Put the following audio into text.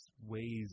ways